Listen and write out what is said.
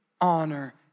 honor